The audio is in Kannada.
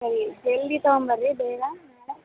ಸರಿ ಜಲ್ದಿ ತಗೊಂಡ್ ಬನ್ರಿ ಬೇಗ ನಾಳೆ